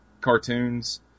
cartoons